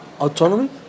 autonomy